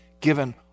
given